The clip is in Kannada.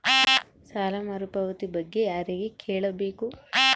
ಸಾಲ ಮರುಪಾವತಿ ಬಗ್ಗೆ ಯಾರಿಗೆ ಕೇಳಬೇಕು?